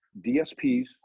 DSPs